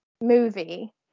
movie